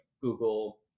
Google